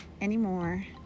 anymore